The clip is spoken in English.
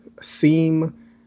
Seam